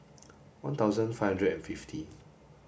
one thousand five hundred and fifty